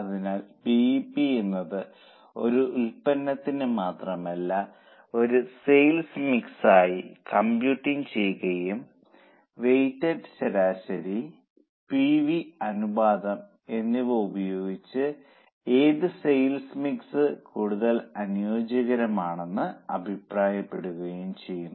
അതിനാൽ BEP എന്നത് ഒരു ഉൽപ്പന്നത്തിന് മാത്രമല്ല ഒരു സെയിൽസ് മിക്സിനായി കമ്പ്യൂട്ടിംഗ് ചെയ്യുകയും വെയ്റ്റഡ് ശരാശരി PV അനുപാതം എന്നിവ ഉപയോഗിച്ച് ഏത് സെയിൽസ് മിക്സ് കൂടുതൽ അനുയോജ്യമാണെന്ന് അഭിപ്രായപ്പെടുകയും ചെയ്യുന്നു